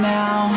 now